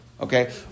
okay